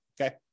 okay